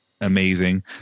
Amazing